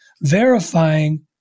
verifying